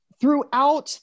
Throughout